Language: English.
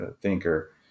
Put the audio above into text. thinker